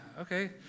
okay